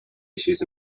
issues